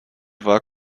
war